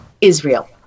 Israel